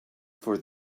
for